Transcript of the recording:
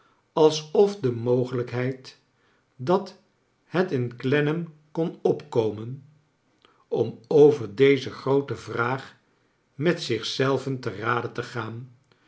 alsof de mogelijkheid dat het in clenn am k on opk omen oin over dez c groote vraag met zich zelven te rade te gaa